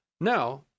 Now